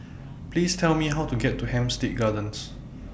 Please Tell Me How to get to Hampstead Gardens